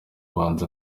abanza